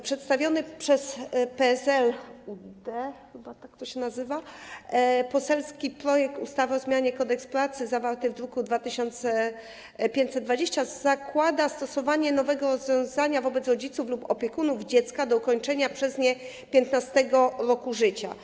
Przedstawiony przez PSL - UED, chyba tak to się nazywa, poselski projekt ustawy o zmianie ustawy Kodeks pracy, zawarty w druku nr 2520, zakłada stosowanie nowego rozwiązania wobec rodziców lub opiekunów dziecka do ukończenia przez nie 15. roku życia.